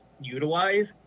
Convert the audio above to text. utilize